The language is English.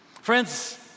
Friends